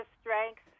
strength